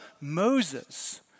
Moses